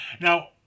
Now